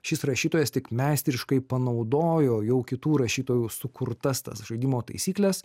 šis rašytojas tik meistriškai panaudojo jau kitų rašytojų sukurtas tas žaidimo taisykles